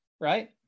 right